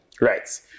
right